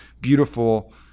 beautiful